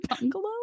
bungalow